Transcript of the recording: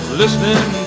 listening